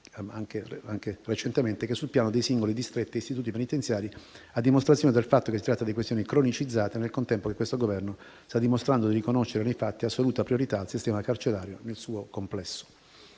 anche recentemente e sul piano dei singoli distretti e istituti penitenziari, a dimostrazione del fatto che si tratta di questioni cronicizzate e che, nel contempo, questo Governo sta dimostrando di riconoscere, nei fatti, assoluta priorità al sistema carcerario nel suo complesso.